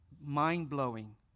mind-blowing